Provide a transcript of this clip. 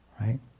right